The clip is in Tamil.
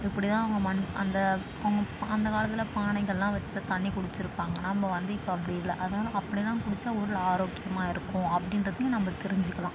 இப்படி தான் அவங்க அந் அந்த அவங்க அந்த காலத்தில் பானைகளெலாம் வச்சு தண்ணி குடிச்சுருப்பாங்கன்னா நம்ம வந்து இப்போது அப்படி இல்லை அதனால் அப்படிலாம் குடித்தா உடல் ஆரோக்கியமாக இருக்கும் அப்படின்றதையும் நம்ம தெரிஞ்சுக்கலாம்